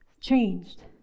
changed